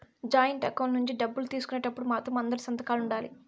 joint account నుంచి డబ్బులు తీసుకునేటప్పుడు మాత్రం అందరి సంతకాలు ఉండాలి